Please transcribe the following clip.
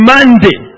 Monday